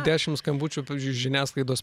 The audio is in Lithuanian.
dešimt skambučių pavyzdžiui iš žiniasklaidos